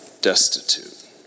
destitute